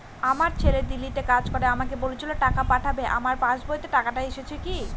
আমার ছেলে দিল্লীতে কাজ করে আমাকে বলেছিল টাকা পাঠাবে আমার পাসবইতে টাকাটা এসেছে কি?